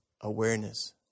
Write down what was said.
awareness